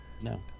No